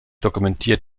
dokumentiert